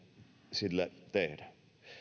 sille tehdä